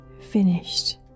finished